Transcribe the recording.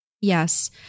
Yes